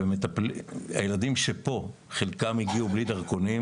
חלק מהילדים הגיעו לפה ללא דרכונים.